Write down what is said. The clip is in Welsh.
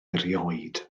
erioed